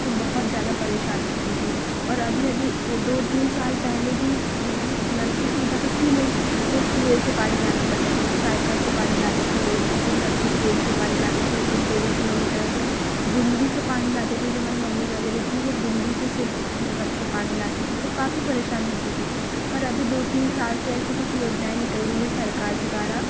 तो बहुत ज़्यादा परेशानी होती थी और अभी अभी दो तीन साल पहले भी मतलब नल की सुविधा तो थी नहीं तो कुएँ से पानी लाना पड़ता था तो साइकिल से पानी लाते थे इसकुटी पर रखकर केन से पानी लाते थे एक एक दो दो किलोमीटर से गुंडी से पानी लाते थे जो हमारी मम्मी वगैरह थी वो गुंडी से सिर पे रख के पानी लाती थी तो काफ़ी परेशानी होती थी पर अभी दो तीन साल से ऐसी कुछ योजनाएँ निकल गई है सरकार के द्वारा